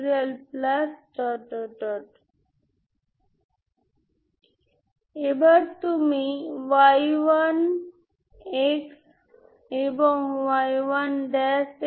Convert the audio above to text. যদি আপনি n n কে 1 2 3 থেকে বেছে নেন আপনি পুনরায় লিখতে পারেন